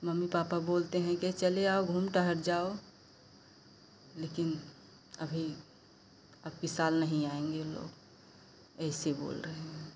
mummy papa बोलते हैं के चले आओ घूम टहल जाओ लेकिन अभी अबकी साल नहीं आएँगे हम लोग ऐसे बोल रहे हैं